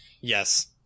Yes